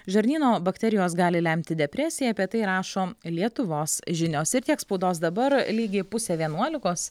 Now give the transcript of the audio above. žarnyno bakterijos gali lemti depresiją apie tai rašo lietuvos žinios tai tiek spaudos dabar lygiai pusė vienuolikos